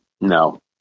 no